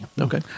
Okay